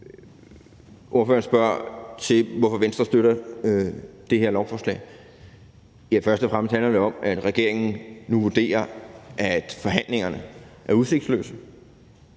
Ordføreren spørger om, hvorfor Venstre støtter det her lovforslag. Først og fremmest handler det om, at regeringen nu vurderer, at forhandlingerne er udsigtsløse,